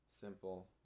simple